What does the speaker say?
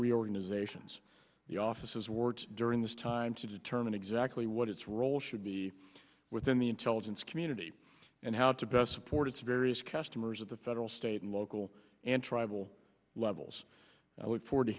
reorganizations the offices work during this time to determine exactly what its role should be within the intelligence community and how to best support its various customers at the federal state and local and tribal levels and i look forward to